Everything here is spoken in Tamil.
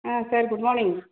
ah sir good morning